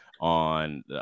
on